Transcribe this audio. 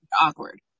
awkward